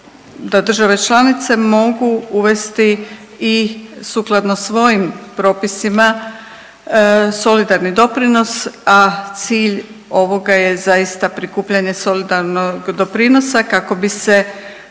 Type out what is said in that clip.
da države članice mogu uvesti i sukladno svojim propisima solidarni doprinos, a cilj ovoga je zaista prikupljanje solidarnog doprinosa kako bi se